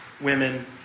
women